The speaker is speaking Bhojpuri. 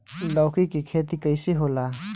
लौकी के खेती कइसे होला?